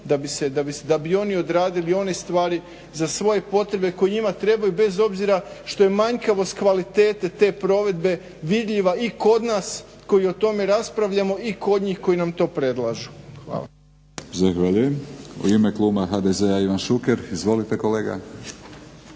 da bi oni odradili one stvari za svoje potrebe koje njima trebaju bez obzira što je manjkavost kvalitete te provedbe vidljiva i kod nas koji o tome raspravljamo i kod njih koji nam to predlažu. Hvala. **Batinić, Milorad (HNS)** Zahvaljujem, u ime Klub HDZ-a Ivan Šuker. Izvolite Kolega.